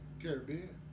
Caribbean